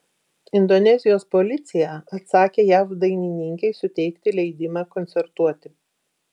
indonezijos policija atsakė jav dainininkei suteikti leidimą koncertuoti